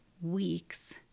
weeks